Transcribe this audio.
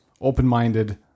open-minded